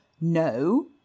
No